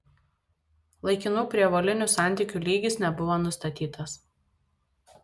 laikinų prievolinių santykių lygis nebuvo nustatytas